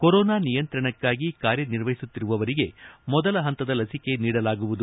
corona ನಿಯಂತ್ರಣಕ್ಕಾಗಿ ಕಾರ್ಯನಿರ್ವಹಿಸುತ್ತಿರುವವರಿಗೆ ಮೊದಲ ಹಂತದ ಲಚಿಕೆ ನೀಡಲಾಗುವುದು